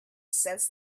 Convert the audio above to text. says